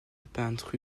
peintre